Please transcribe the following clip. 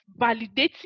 validating